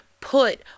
put